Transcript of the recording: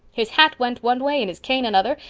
his hat went one way and his cane another,